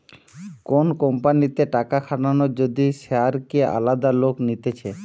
কোন কোম্পানিতে টাকা খাটানো যদি শেয়ারকে আলাদা লোক নিতেছে